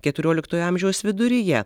keturioliktojo amžiaus viduryje